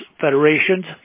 Federations